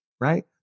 right